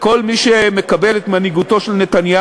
לכל מי שמקבל את מנהיגותו של נתניהו,